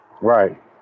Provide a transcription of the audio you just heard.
Right